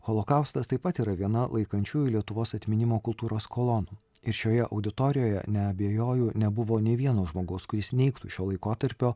holokaustas taip pat yra viena laikančiųjų lietuvos atminimo kultūros kolonų ir šioje auditorijoje neabejoju nebuvo nė vieno žmogaus kuris neigtų šio laikotarpio